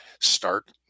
start